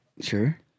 Sure